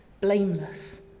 blameless